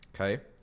Okay